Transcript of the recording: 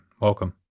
Welcome